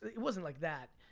it wasn't like that,